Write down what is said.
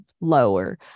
lower